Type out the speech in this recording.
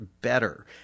better